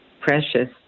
precious